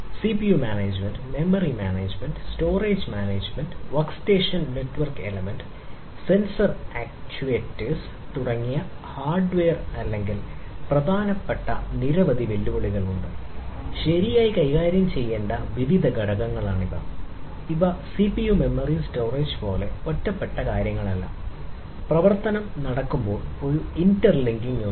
CPU management memory management storage management workstation network element sensor ആക്യുവേറ്ററുകൾ ഉണ്ട്